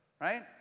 right